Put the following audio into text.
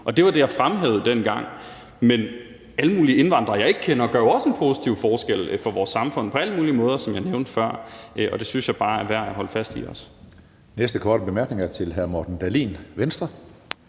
og det var det, jeg fremhævede dengang. Men alle mulige indvandrere, jeg ikke kender, gør jo også en positiv forskel for vores samfund på alle mulige måder, som jeg nævnte før. Og det synes jeg også bare er værd at holde fast i. Kl. 11:45 Tredje næstformand (Karsten Hønge): Næste korte bemærkning er til hr. Morten Dahlin, Venstre.